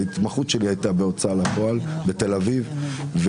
ההתמחות שלי הייתה בהוצאה לפועל בתל אביב,